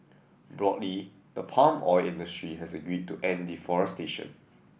broadly the palm oil industry has agreed to end deforestation